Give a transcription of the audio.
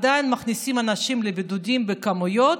ועדיין מכניסים אנשים לבידוד בכמויות,